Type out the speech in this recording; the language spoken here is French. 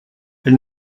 elle